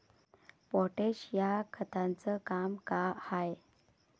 Potash या खताचं काम का हाय?